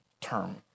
term